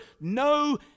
no